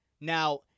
Now